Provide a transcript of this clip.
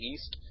East